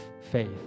faith